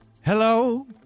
hello